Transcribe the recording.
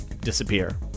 disappear